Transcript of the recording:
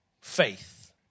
faith